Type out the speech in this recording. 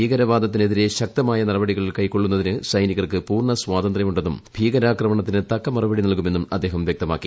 ഭീകരവാദത്തിനെതിരെ ശക്തമായ നടപടികൾ കൈക്കൊള്ളുന്നതിന് സൈനികർക്ക് പൂർണ്ണ സ്വാതന്ത്ര്യമുണ്ടെന്നും ഭീകരാക്രമണത്തിന് തക്ക മറുപടി നൽകുമെന്നും അദ്ദേഹം വ്യക്തമാക്കി